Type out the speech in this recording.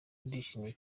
ndishimye